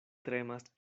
tremas